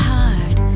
hard